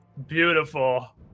beautiful